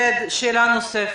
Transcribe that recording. ושאלה נוספת.